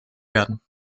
werden